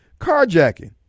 carjacking